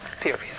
period